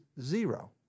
zero